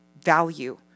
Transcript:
value